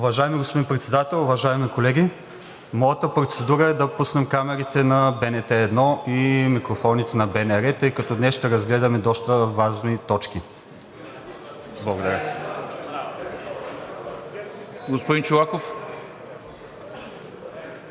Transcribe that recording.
Уважаеми господин Председател, уважаеми колеги! Моята процедура е да пуснем камерите на БНТ 1 и микрофоните на БНР, тъй като днес ще разгледаме доста важни точки. (Шум и реплики.)